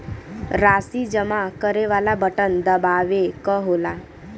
राशी जमा करे वाला बटन दबावे क होला